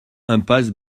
impasse